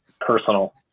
personal